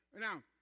Now